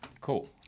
Cool